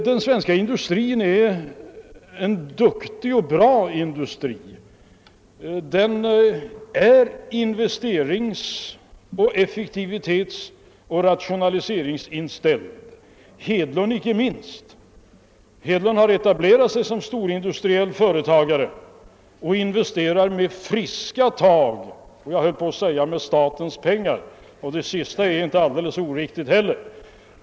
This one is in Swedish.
Den svenska industrin är en bra och duktig industri. Den är investerings-, effektivitetsoch rationaliseringsinställd. Detta gäller inte minst herr Hedlund som etablerat sig som storindustriell företagare och investerar med friska tag och — höll jag på att säga, och det vore inte alldeles oriktigt — med statens pengar.